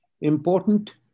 important